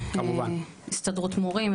הסתדרות מורים,